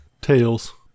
Tails